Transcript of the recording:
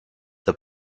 the